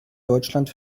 deutschland